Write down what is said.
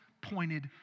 pointed